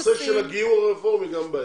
הנושא של הגיור הרפורמי גם בעייתי.